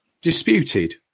disputed